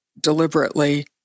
deliberately